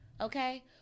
okay